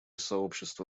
сообщество